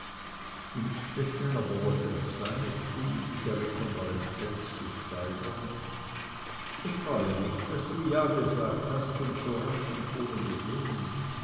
innstetten aber wollte das seine tun diese rekonvaleszens zu steigern ich freue mich daß du ja gesagt hast und so rasch und ohne besinnen